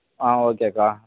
ஆ ஓகேக்கா